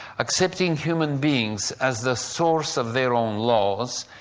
accepting human beings as the source of their own laws,